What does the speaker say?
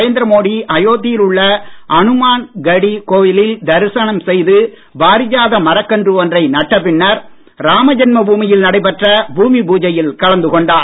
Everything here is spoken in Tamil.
நரேந்திர மோடி அயோத்தியில் உள்ள அனுமான் கடி கோயிலில் தரிசனம் செய்து பாரிஜாத மரக்கன்று ஒன்றை நட்ட பின்னர் ராமஜென்ம பூமியில் நடைபெற்ற பூமி பூஜையில் கலந்து கொண்டார்